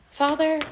father